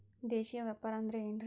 ದೇಶೇಯ ವ್ಯಾಪಾರ ಅಂದ್ರೆ ಏನ್ರಿ?